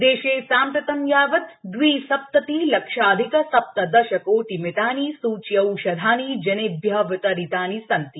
देशे साम्प्रतं यावत् द्विसप्ततिलक्षाधिक सप्तदशकोटिमितानि सूच्यौषधानि जनेभ्यः वितरितानि सन्ति